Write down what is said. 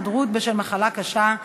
היעדרות בשל מחלה קשה),